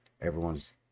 everyone's